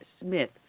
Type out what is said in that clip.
Smith